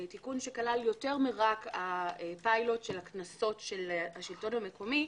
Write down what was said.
תיקון שכלל יותר מרק פילוט של הקנסות של השלטון המקומי,